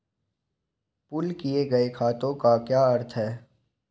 Pool किए गए खातों का क्या अर्थ है?